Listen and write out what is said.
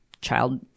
child